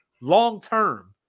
long-term